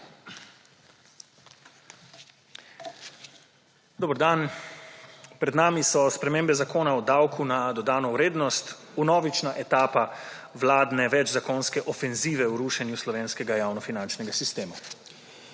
Dober dan! Pred nami so spremembe Zakona o davku na dodano vrednost, vnovična etapa vladen več zakonske ofenzive v rušenju slovenskega javnofinančnega sistema.